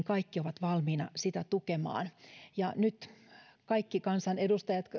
kaikki ovat valmiina sitä tukemaan nyt kaikki ne kansanedustajat